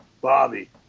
Bobby